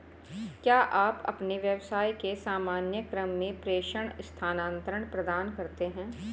क्या आप अपने व्यवसाय के सामान्य क्रम में प्रेषण स्थानान्तरण प्रदान करते हैं?